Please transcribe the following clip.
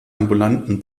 ambulanten